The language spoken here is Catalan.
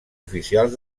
oficials